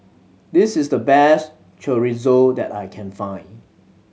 this is the best Chorizo that I can find